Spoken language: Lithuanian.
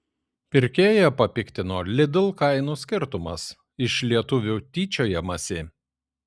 pirkėją papiktino lidl kainų skirtumas iš lietuvių tyčiojamasi